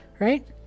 right